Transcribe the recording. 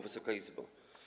Wysoka Izbo!